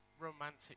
romantic